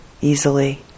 easily